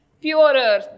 purer